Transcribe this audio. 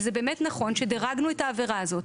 וזה באמת נכון שדרגנו את העבירה הזאת.